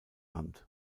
hand